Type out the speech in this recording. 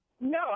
No